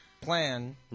plan